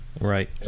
Right